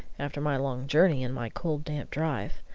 after my long journey and my cold, damp drive.